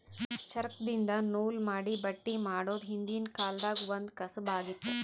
ಚರಕ್ದಿನ್ದ ನೂಲ್ ಮಾಡಿ ಬಟ್ಟಿ ಮಾಡೋದ್ ಹಿಂದ್ಕಿನ ಕಾಲ್ದಗ್ ಒಂದ್ ಕಸಬ್ ಆಗಿತ್ತ್